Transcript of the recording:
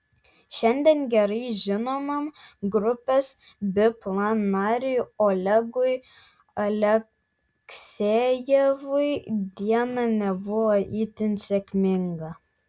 šiandien gerai žinomam grupės biplan nariui olegui aleksejevui diena nebuvo itin sėkminga